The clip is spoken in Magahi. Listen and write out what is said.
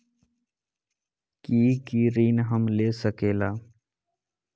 की की ऋण हम ले सकेला?